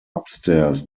upstairs